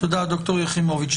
תודה, ד"ר יכימוביץ.